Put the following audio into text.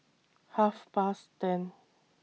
Half Past ten